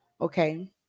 okay